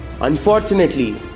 Unfortunately